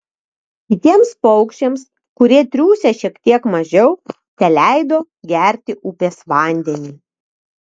kitiems paukščiams kurie triūsę šiek tiek mažiau teleido gerti upės vandenį